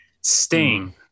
Sting